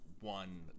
one